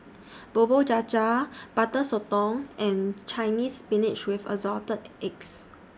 Bubur Cha Cha Butter Sotong and Chinese Spinach with Assorted Eggs